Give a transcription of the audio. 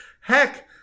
Heck